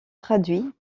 traduit